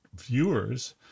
viewers